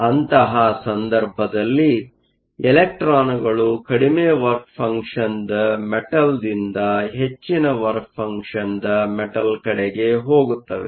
ಅಂತಹ ಸಂದರ್ಭದಲ್ಲಿ ಇಲೆಕ್ಟ್ರಾನ್ಗಳು ಕಡಿಮೆ ವರ್ಕ್ ಫಂಕ್ಷನ್ನ ಮೆಟಲ್Metalದಿಂದ ಹೆಚ್ಚಿನ ವರ್ಕ್ ಫಂಕ್ಷನ್ನ ಮೆಟಲ್ ಕಡೆಗೆ ಹೋಗುತ್ತವೆ